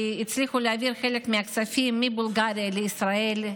הצליחו להעביר חלק מהכספים מבולגריה לישראל,